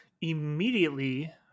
immediately